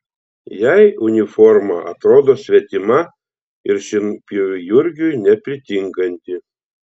jai uniforma atrodo svetima ir šienpjoviui jurgiui nepritinkanti